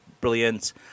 brilliant